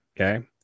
okay